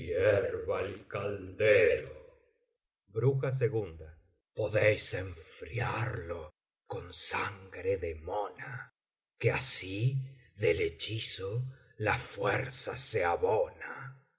caldero podéis enfriarlo con sangre de mona que así del hechizo la fuerza se abona